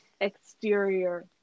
exterior